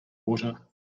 water